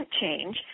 change